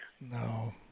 No